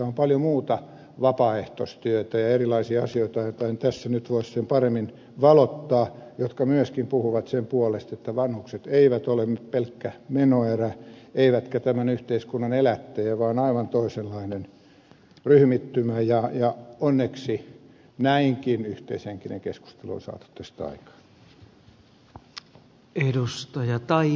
on paljon muuta vapaaehtoistyötä ja erilaisia asioita joita en tässä nyt voi sen paremmin valottaa ja jotka myöskin puhuvat sen puolesta että vanhukset eivät ole nyt pelkkä menoerä eivätkä tämän yhteiskunnan elättejä vaan aivan toisenlainen ryhmittymä ja onneksi näinkin yhteishenkinen keskustelu on saatu tästä aikaan